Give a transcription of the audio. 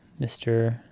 Mr